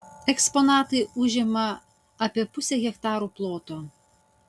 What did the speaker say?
eksponatai užima apie pusę hektaro ploto